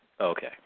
Okay